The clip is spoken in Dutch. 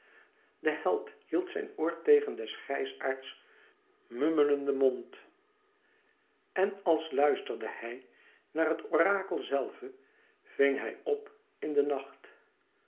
de held hield zijn oor tegen des grijsaards mummelenden mond en als luisterde hij naar het orakel zelve ving hij op in de nacht